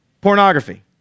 pornography